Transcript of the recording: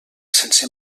sense